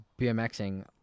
BMXing